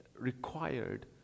required